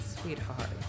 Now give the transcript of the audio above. sweetheart